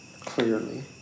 clearly